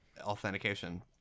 authentication